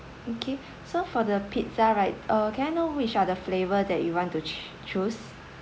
okay so for the pizza right uh can I know which are the flavour that you want to ch~ choose